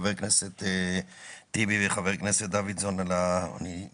חבר הכנסת טיבי, חבר הכנסת דוידסון בליאק